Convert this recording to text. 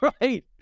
right